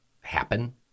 happen